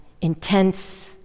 intense